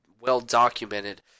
well-documented